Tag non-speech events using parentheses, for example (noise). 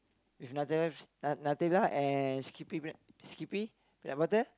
with Nutella (noise) na~ Nutella and Skippy bread Skippy peanut-butter